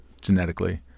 genetically